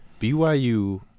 BYU